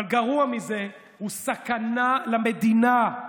אבל גרוע מזה, הוא סכנה למדינה.